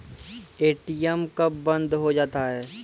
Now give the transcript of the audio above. ATM कब बंद हो जाता हैं?